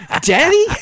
Daddy